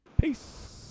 peace